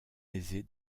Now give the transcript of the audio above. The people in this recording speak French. aisée